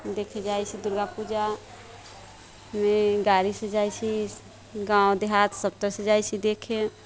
देखे जाइत छी दुर्गापूजामे गाड़ी से जाइत छी गाँव देहात सभ तरह से जाइत छी देखे